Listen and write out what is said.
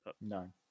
No